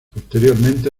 posteriormente